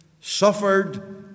suffered